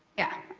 yeah,